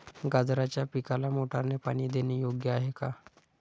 गाजराच्या पिकाला मोटारने पाणी देणे योग्य आहे का?